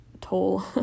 toll